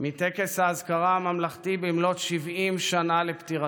מטקס האזכרה הממלכתי במלאת 70 שנה לפטירתו.